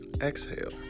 Exhale